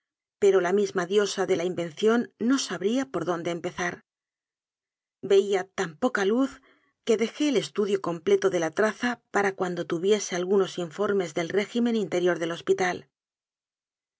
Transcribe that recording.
pero la misma diosa de la invención no sabría por dón de empezar veía tan poca luz que dejé el estudio completo de la traza para cuando tuviese algunos informes del régimen interior del hospital